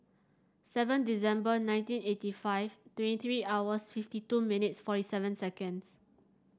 seven December nineteen eighty five twenty three hours fifty two minutes forty seven seconds